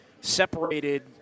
separated